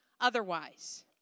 otherwise